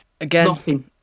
Again